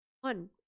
One